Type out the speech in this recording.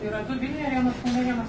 tai yra du vilniuje vienas kaune vienas